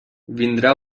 vindrà